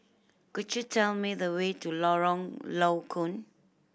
could you tell me the way to Lorong Low Koon